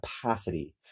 capacity